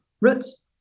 roots